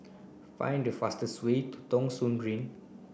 find the fastest way to Thong Soon Green